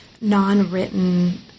non-written